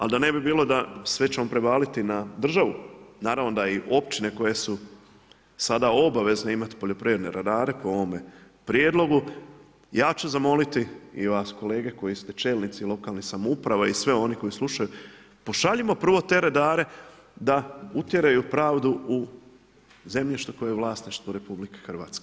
Ali da ne bi bilo sve ćemo prevaliti na državu, naravno da i općine koje su sada obavezne imati poljoprivredne redare po ovome prijedlogu, ja ću zamoliti i vas kolege koji ste čelnici lokalnih samouprava i svi oni koji slučaju, pošaljimo prvo te redare da utjeraju pravdu u zemljištu koje je u vlasništvu RH.